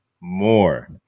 more